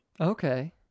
Okay